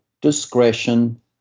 discretion